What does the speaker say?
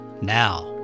now